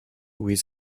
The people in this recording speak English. with